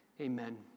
Amen